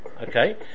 Okay